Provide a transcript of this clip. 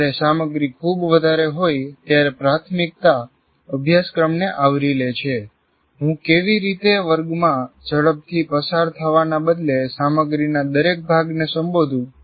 જ્યારે સામગ્રી ખૂબ વધારે હોય ત્યારે પ્રાથમિકતા અભ્યાસક્રમને આવરી લે છે હું કેવી રીતે વર્ગ માં ઝડપથી પસાર થવા ના બદલે સામગ્રીના દરેક ભાગને સંબોધું